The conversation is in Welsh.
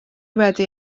wedi